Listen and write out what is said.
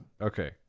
okay